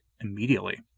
immediately